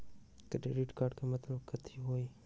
Credit card के मतलब कथी होई?